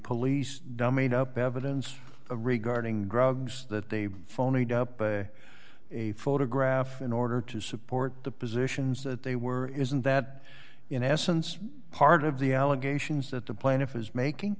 police dummied up evidence regarding drugs that they phony a photograph in order to support the positions that they were isn't that in essence part of the allegations that the plaintiff was making